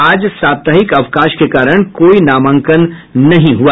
आज साप्ताहिक अवकाश के कारण कोई नामांकन नहीं हआ